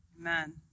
Amen